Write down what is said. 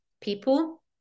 people